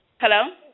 Hello